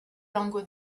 lingots